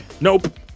Nope